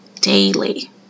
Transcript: daily